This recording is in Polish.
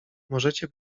możecie